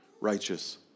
righteous